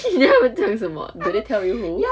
你要他们讲什么 did they tell you who